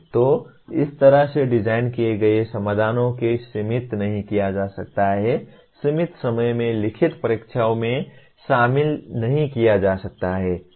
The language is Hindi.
तो इस तरह से डिजाइन किए गए समाधानों को सीमित नहीं किया जा सकता है सीमित समय में लिखित परीक्षाओं में शामिल नहीं किया जा सकता है